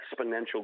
exponential